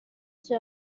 icyo